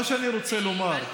מה שאני רוצה לומר,